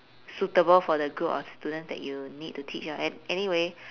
suitable for the group of students that you need to teach ah a~ anyway